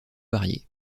variés